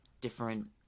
different